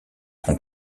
son